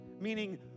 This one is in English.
meaning